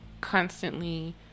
constantly